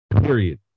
Period